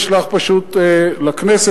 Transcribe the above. ישלח פשוט לכנסת,